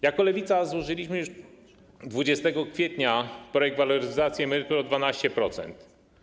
Jako Lewica złożyliśmy już 20 kwietnia projekt waloryzacji emerytur o 12%.